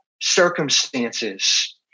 circumstances